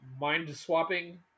mind-swapping